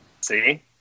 See